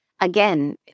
Again